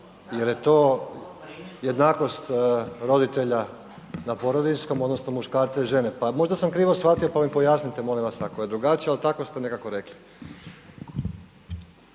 jel je to jednakost roditelja na porodiljskom odnosno muškarca i žene? Pa možda sam krivo shvatio pa mi pojasniti molim vas ako je drugačije, ali tako ste nekako rekli.